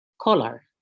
color